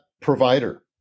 provider